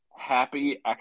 Happy